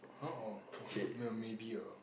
!huh! orh okay maybe lah